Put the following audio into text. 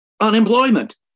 unemployment